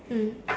mm